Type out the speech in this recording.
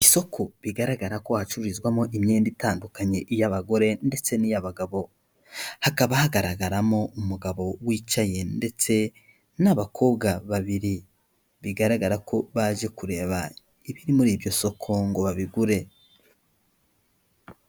Isoko bigaragara ko hacururizwamo imyenda itandukanye iy'abagore ndetse n'iy'abagabo. Hakaba hagaragaramo umugabo wicaye ndetse n'abakobwa babiri, bigaragara ko baje kureba ibiri muri iryo soko ngo babigure.